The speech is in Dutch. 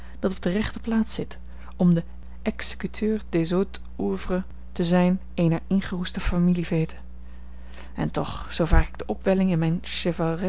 dat op de rechte plaats zit om de exécuteur des hautes oeuvres te zijn eener ingeroeste familieveete en toch zoo vaak ik de opwelling in